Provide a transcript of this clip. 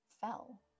fell